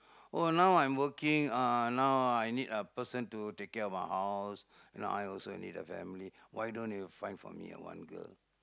oh now I'm working uh now I need a person to take care of my house you know I also need a family why don't you find for me uh one girl